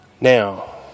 Now